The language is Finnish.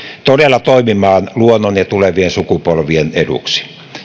todella toimimaan luonnon ja tulevien sukupolvien eduksi